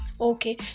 Okay